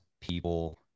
people